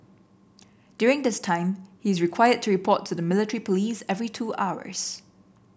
during this time he is required to report to the military police every two hours